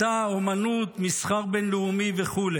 מדע, אומנות, מסחר בין-לאומי" וכו',